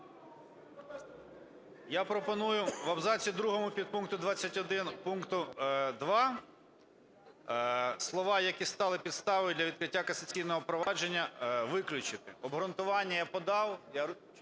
Я пропоную в абзаці 2 підпункту 21 пункту 2 слова "які стали підставою для відкриття касаційного провадження" виключити. Обґрунтування я подав.